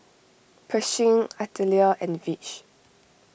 Pershing Artelia and Vidge